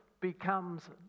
becomes